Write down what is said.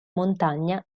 montagna